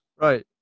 Right